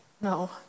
no